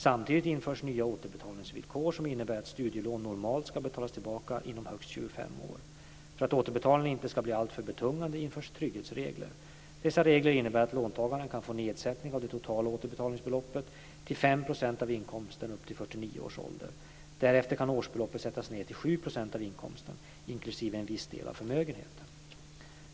Samtidigt införs nya återbetalningsvillkor som innebär att studielån normalt ska betalas tillbaka inom högst 25 år. För att återbetalningen inte ska bli alltför betungande införs trygghetsregler. Dessa regler innebär att låntagaren kan få nedsättning av det årliga återbetalningsbeloppet till 5 % av inkomsten upp till 49 års ålder. Därefter kan årsbeloppet sättas ned till 7 % av inkomsten inklusive en viss del av förmögenheten.